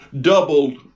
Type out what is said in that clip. doubled